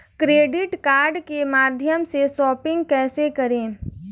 Credit card के माध्यम से शॉपिंग कैसे करें?